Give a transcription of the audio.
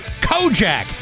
Kojak